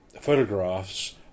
photographs